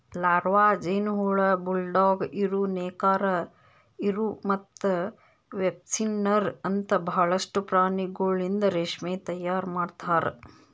larva, ಜೇನುಹುಳ, bulldog ಇರು, ನೇಕಾರ ಇರು ಮತ್ತ ವೆಬ್ಸ್ಪಿನ್ನರ್ ಅಂತ ಭಾಳಷ್ಟು ಪ್ರಾಣಿಗೊಳಿಂದ್ ರೇಷ್ಮೆ ತೈಯಾರ್ ಮಾಡ್ತಾರ